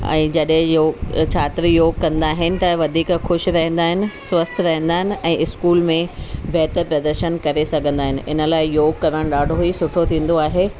ऐं जॾहिं यो छात्र योगु कंदा आहिनि त वधीक ख़ुशि रहंदा आहिनि स्वस्थ रहंदा आहिनि ऐं स्कूल में बहतर प्रदशन करे सघंदा आहिनि इन लाइ योगु करणु ॾाढो ई सुठो थींदो आहे